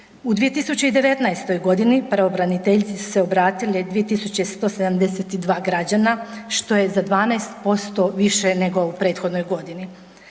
U 2019.g. pravobraniteljici su se obratile 2172 građana, što je za 12% više nego u prethodnoj godini.